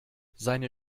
seine